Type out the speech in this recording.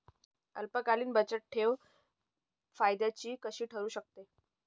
अल्पकालीन बचतठेव फायद्याची कशी ठरु शकते?